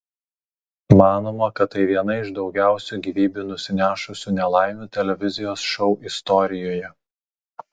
manoma kad tai viena iš daugiausiai gyvybių nusinešusių nelaimių televizijos šou istorijoje